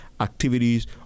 activities